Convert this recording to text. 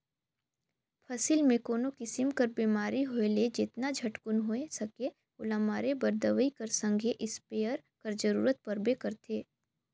फसिल मे कोनो किसिम कर बेमारी होए ले जेतना झटकुन होए सके ओला मारे बर दवई कर संघे इस्पेयर कर जरूरत परबे करथे